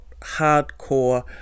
hardcore